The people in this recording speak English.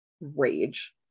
rage